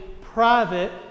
private